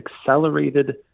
accelerated